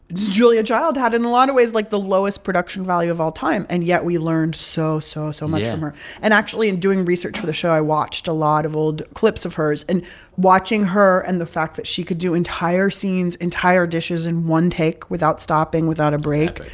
julia child had, in a lot of ways, like, the lowest production value of all time. and yet we learned so, so, so um um and actually, in doing research for the show, i watched a lot of old clips of hers. and watching her and the fact that she could do entire scenes, entire dishes in one take without stopping, without a break.